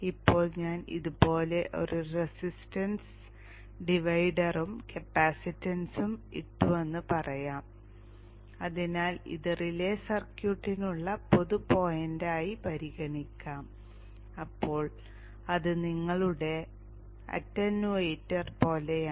ഇപ്പോൾ ഞാൻ ഇതുപോലെ ഒരു റെസിസ്റ്റൻസ് ഡിവൈഡറും കപ്പാസിറ്റൻസും ഇട്ടുവെന്നു പറയാം അതിനാൽ ഇത് റിലേ സർക്യൂട്ടിനുള്ള പൊതു പോയിന്റായി പരിഗണിക്കാം അപ്പോൾ ഇത് നിങ്ങളുടെ അറ്റൻവേറ്റർ പോലെയാണ്